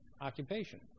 occupation